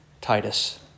Titus